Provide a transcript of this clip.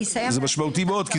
זה משמעותי מאוד.